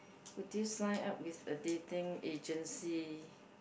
would you sign up with a dating agency